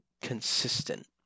consistent